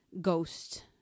ghost